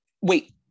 wait